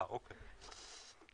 אה, אוקיי.